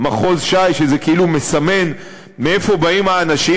במחוז ש"י, שזה כאילו מסמן מאיפה באים האנשים?